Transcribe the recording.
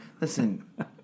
listen